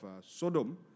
Sodom